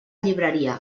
llibreria